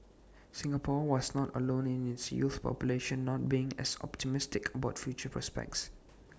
Singapore was not alone in its youth population not being as optimistic about future prospects